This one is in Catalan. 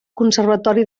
conservatori